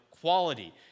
quality